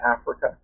Africa